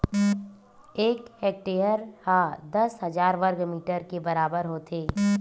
एक हेक्टेअर हा दस हजार वर्ग मीटर के बराबर होथे